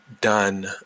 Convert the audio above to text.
done